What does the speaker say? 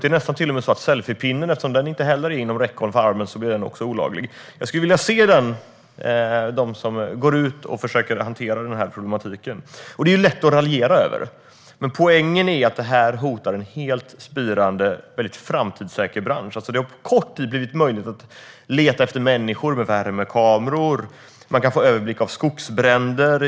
Det är nästan till och med så att selfiepinnen, eftersom den inte heller är inom räckhåll för armen, också blir olaglig. Jag skulle vilja se dem som går ut och försöker hantera den här problematiken. Det är lätt att raljera över det. Poängen är att det hotar en helt spirande väldigt framtidssäker bransch. Det har på kort tid blivit möjligt att leta efter människor med värmekameror. Man kan få överblick över skogsbränder.